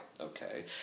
Okay